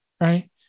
right